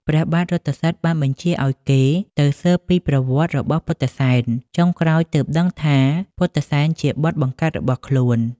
ព្រះបាទរថសិទ្ធិបានបញ្ជាឲ្យគេទៅស៊ើបពីប្រវត្តិរបស់ពុទ្ធិសែន ចុងក្រោយទើបដឹងថាពុទ្ធិសែនជាបុត្របង្កើតរបស់ខ្លួន។